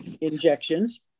injections